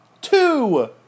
two